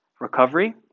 Recovery